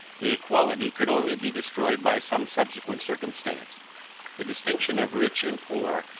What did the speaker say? the equality could only be destroyed by some subsequent circumstance the distinctions of rich, and poor,